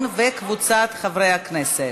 בעד, 40 חברי כנסת,